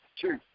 two